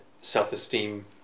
self-esteem